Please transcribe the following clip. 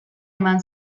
eman